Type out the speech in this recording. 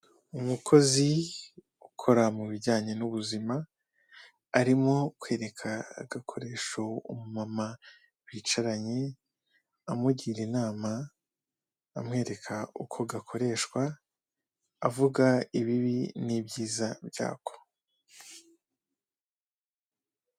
Umukozi ukora mu bijyanye n'ubuzima, arimo kwereka agakoresho umumama bicaranye, amugira inama, amwereka uko gakoreshwa, avuga ibibi n'ibyiza byako.